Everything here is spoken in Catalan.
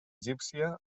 egípcia